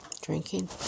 drinking